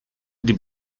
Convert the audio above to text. die